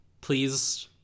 please